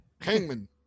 Hangman